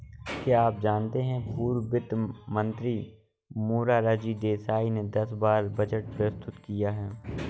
क्या आप जानते है पूर्व वित्त मंत्री मोरारजी देसाई ने दस बार बजट प्रस्तुत किया है?